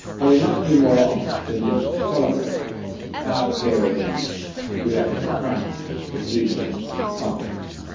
but we must do more than just celebrate past heroism if we are to confront the future with confidence.